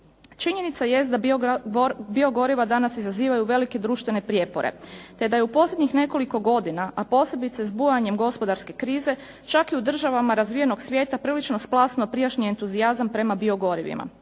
Činjenica jest da biogoriva danas izazivaju velike društvene prijepore te da je u posljednjih nekoliko godina a posebice s bujanjem gospodarske krize čak i u državama razvijenog svijeta prilično splasnuo prijašnji entuzijazam prema biogorivima.